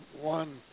one